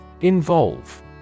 Involve